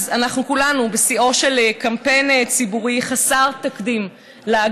אז אנחנו כולנו בשיאו של קמפיין ציבורי חסר תקדים להגנה,